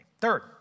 third